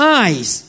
eyes